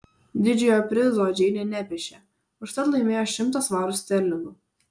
didžiojo prizo džeinė nepešė užtat laimėjo šimtą svarų sterlingų